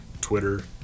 Twitter